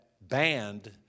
banned